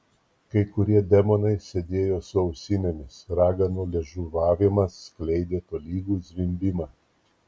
kai kurie demonai sėdėjo su ausinėmis raganų liežuvavimas skleidė tolygų zvimbimą